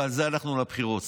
ועל זה הלכנו לבחירות.